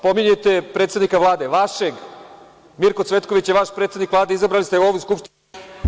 Pominjete predsednika Vlade vašeg, Mirko Cvetković je vaš predsednik Vlade, izabrali ste ga ovde u Skupštini…